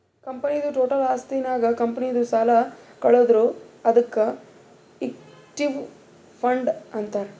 ಕಂಪನಿದು ಟೋಟಲ್ ಆಸ್ತಿ ನಾಗ್ ಕಂಪನಿದು ಸಾಲ ಕಳದುರ್ ಅದ್ಕೆ ಇಕ್ವಿಟಿ ಫಂಡ್ ಅಂತಾರ್